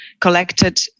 collected